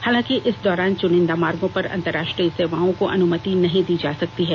हालांकि इस दौरान चुनिंदा मार्गों पर अंतरराष्ट्रीय सेवाओं को अनुमति दी जा सकती है